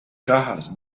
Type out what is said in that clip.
cajas